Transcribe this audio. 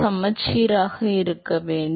சமச்சீராக இருக்க வேண்டும்